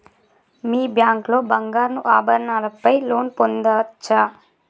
మీ bank లో బంగారు ఆభరణాల పై లోన్ పొందచ్చా?